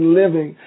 living